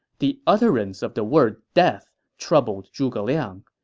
the utterance of the word death troubled zhuge liang.